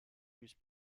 use